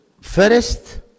first